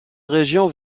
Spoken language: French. région